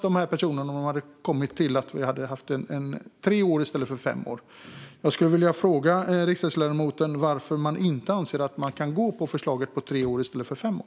De här personerna skulle gynnas av om skuldsaneringen var på tre år i stället för fem år. Jag vill fråga riksdagsledamoten varför man anser att man inte kan gå med på förslaget om tre år i stället för fem år.